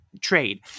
trade